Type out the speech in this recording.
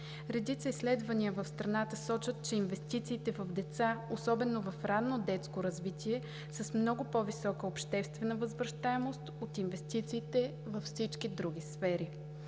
Редица изследвания в страната сочат, че инвестициите в деца, особено в ранно детско развитие, са с много по-висока обществена възвращаемост от инвестициите във всички други сфери.